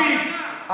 לפיד.